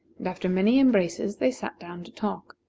after many embraces, they sat down to talk.